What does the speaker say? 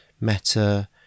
meta